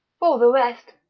for the rest,